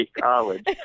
college